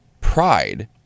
pride